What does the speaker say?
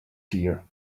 here